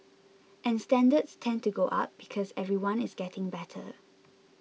and standards tend to go up because everyone is getting better